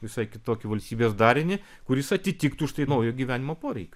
visai kitokį valstybės darinį kuris atitiktų štai naujo gyvenimo poreikį